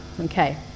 okay